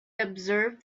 observe